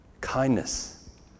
kindness